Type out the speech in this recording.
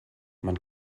man